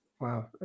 Wow